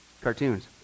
cartoons